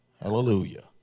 Hallelujah